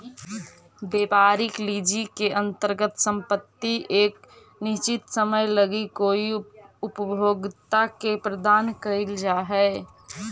व्यापारिक लीज के अंतर्गत संपत्ति एक निश्चित समय लगी कोई उपभोक्ता के प्रदान कईल जा हई